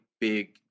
big